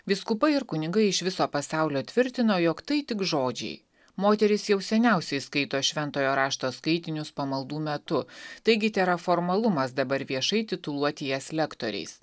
vyskupai ir kunigai iš viso pasaulio tvirtino jog tai tik žodžiai moterys jau seniausiai skaito šventojo rašto skaitinius pamaldų metu taigi tėra formalumas dabar viešai tituluoti jas lektoriais